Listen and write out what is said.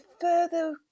further